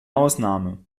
ausnahme